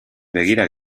begira